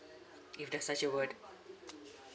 if there's such a word